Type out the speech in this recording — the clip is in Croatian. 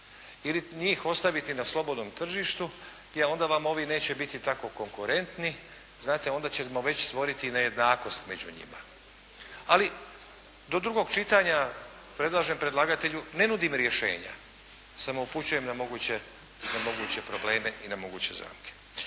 ili njih ostaviti na slobodnom tržištu, jer onda vam oni neće biti tako konkurentni znate onda ćemo već stvoriti nejednakost među njima. Ali, do drugog čitanja predlažem predlagatelju, ne nudim rješenja, samo upućujem na moguće probleme i na moguće zamke.